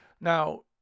Now